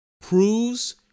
proves